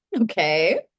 Okay